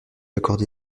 accorder